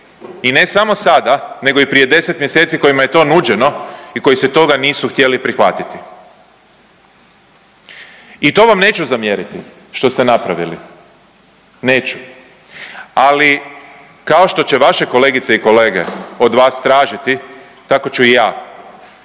i ne samo sada nego i prije 10. mjeseci kojima je to nuđeno i koji se toga nisu htjeli prihvatiti i to vam neću zamjeriti što ste napravili, neću. Ali kao što će vaše kolegice i kolege od vas tražiti tako ću i ja,